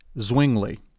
Zwingli